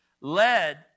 led